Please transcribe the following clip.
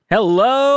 Hello